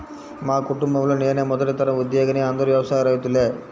మా కుటుంబంలో నేనే మొదటి తరం ఉద్యోగిని అందరూ వ్యవసాయ రైతులే